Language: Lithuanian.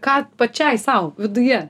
ką pačiai sau viduje